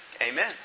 Amen